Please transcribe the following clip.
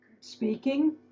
speaking